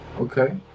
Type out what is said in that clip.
okay